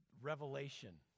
revelation